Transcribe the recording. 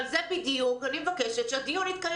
אבל על זה בדיוק אני מבקשת שהדיון יתקיים